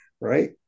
right